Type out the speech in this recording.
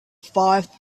five